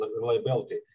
reliability